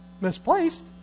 Misplaced